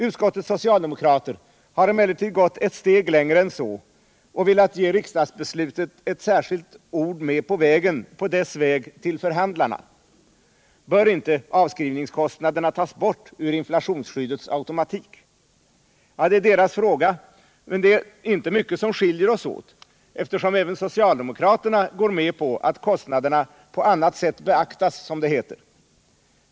Utskottets socialdemokrater har emellertid gått ett steg längre och velat ge riksdagsbeslutet ett särskilt ord med på dess väg mot förhandlingarna: Bör inte avskrivningskostnaderna tas bort ur inflationsskyddets automatik? Ja, det är deras fråga. Men det är inte mycket som skiljer oss åt, eftersom även socialdemokraterna går med på att kostnaderna ”på annat sätt beaktas”.